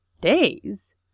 days